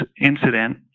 incident